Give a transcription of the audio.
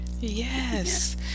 Yes